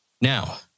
Now